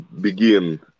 begin